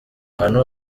ahantu